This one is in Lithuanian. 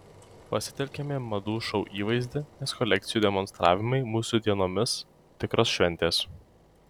pasitelkėme madų šou įvaizdį nes kolekcijų demonstravimai mūsų dienomis tikros šventės